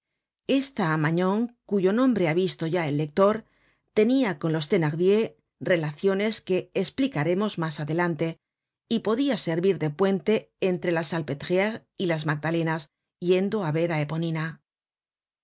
esta magnon cuyo nombre ha visto ya el lector tenia con los thenardier relaciones que esplicaremos mas adelante y podia servir de puente entre la salpetriére y las magdalenas yendo á ver á eponina